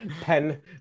pen